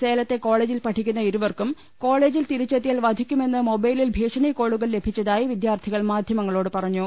സേലത്തെ കോളേജിൽ പഠിക്കുന്ന ഇരുവർക്കും കോളജിൽ തിരിച്ചെത്തിയാൽ വധിക്കുമെന്ന് മൊബൈലിൽ ഭീഷണികോളുകൾ ലഭിച്ചതായി വിദ്യാർത്ഥി കൾ മാധ്യമങ്ങളോട് പറഞ്ഞു